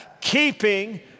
keeping